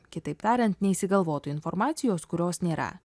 kitaip tariant neišsigalvotų informacijos kurios nėra